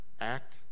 Act